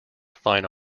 fine